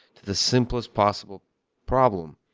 the simplest possible problem.